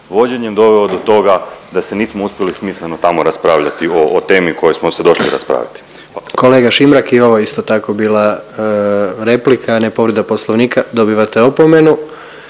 vođenjem doveo do toga da se nismo uspjeli smisleno tamo raspravljati o, o temi o kojoj smo se došli raspravljati. **Jandroković, Gordan (HDZ)** Kolega Šimrak, i ovo je isto tako bila replika, a ne povreda Poslovnika, dobivate opomenu.